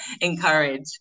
encourage